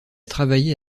travaillé